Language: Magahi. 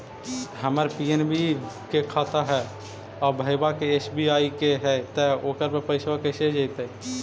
हमर पी.एन.बी के खाता है और भईवा के एस.बी.आई के है त ओकर पर पैसबा कैसे जइतै?